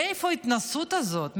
מאיפה ההתנשאות הזאת?